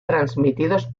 transmitidos